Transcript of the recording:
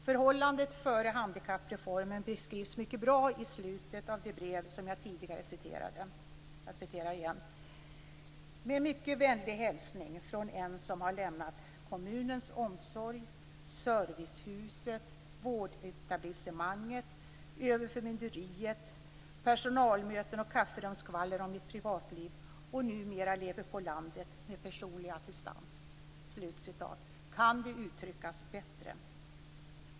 Förhållandet före handikappreformen beskrivs mycket bra i slutet av det brev som jag tidigare citerade: "Med mycket vänlig hälsning från en som har lämnat kommunens omsorg, servicehuset, vårdetablissemanget, överförmynderiet, personalmöten och kafferumsskvaller om mitt privatliv. Och numera lever på landet, med personlig assistans." Kan det uttryckas bättre?